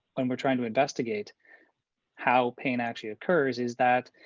when we're trying to investigate how pain actually occurs is that